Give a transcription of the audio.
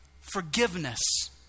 Forgiveness